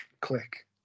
click